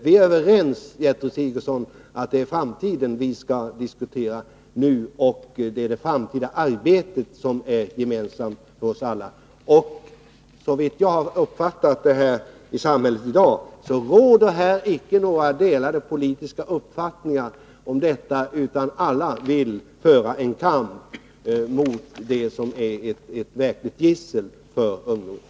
Vi är överens om, Gertrud Sigurdsen, att det är framtiden vi skall diskutera. Som jag har uppfattat det råder det inga delade politiska uppfattningar i denna fråga. Alla vill föra en kamp mot narkotikan, detta gissel för ungdomen.